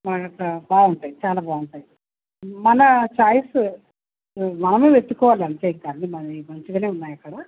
మాకు ఇక్కడ బాగుంటాయి చాలా బాగుంటాయి మన సైజు మనం వెతుకోవాలి అంతే ఇక అన్నీ మంచిగా ఉన్నాయి అక్కడ